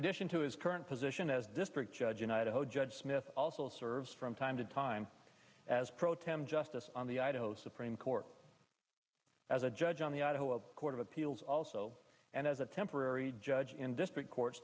addition to his current position as district judge united judge smith also serves from time to time as pro tem justice on the idaho supreme court as a judge on the court of appeals also and as a temporary judge in district cour